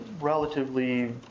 relatively